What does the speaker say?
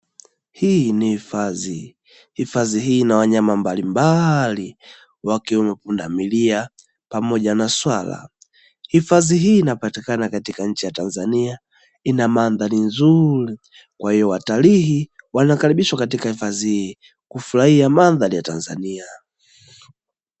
Hii ni hifadhi, hifadhi hii inawanyama mbalimbali wakiwemo pundamilia pamoja na swala. Hifadhi hii inapatikana katika nchi ya Tanzania. Ina mandhari nzuri kwa hiyo watalii wanakaribishwa katika hifadhi hii kufurahia mandhari ya Tanzania.